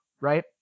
right